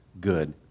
good